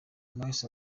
marx